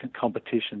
competition